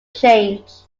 change